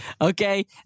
Okay